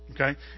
Okay